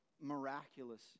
miraculous